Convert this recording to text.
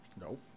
Nope